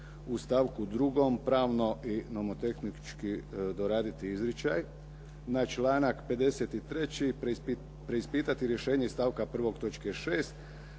u stavku 2. pravno i nomotehnički doraditi izričaj. Na članak 53. preispitati rješenje iz stavka 1.